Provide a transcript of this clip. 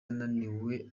yunamiye